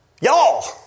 y'all